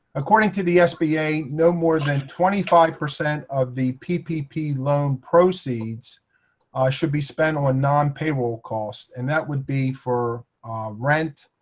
according to the sba no more than twenty five percent of the ppp loan proceeds should be spent on non payroll cost. and, that would be for rent,